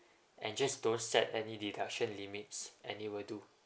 and just don't set any deduction limits and it will do